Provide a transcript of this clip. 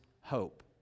hope